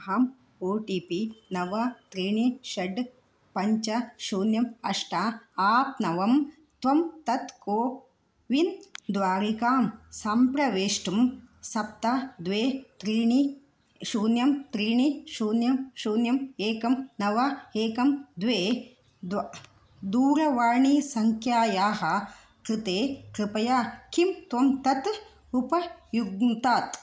अहम् O T P नव त्रीणि षट् पञ्च शून्यम् अष्ट आ नवं त्वं तत् कोविन् द्वारिकां सम्प्रवेष्टुं सप्त द्वे त्रीणि शून्यं त्रीणि शून्यं शून्यम् एकं नव एकं द्वे द्व दूरवाणीसङ्ख्यायाः कृते कृपया किं त्वं तत् उपयुङ्क्तात्